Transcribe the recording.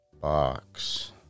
Box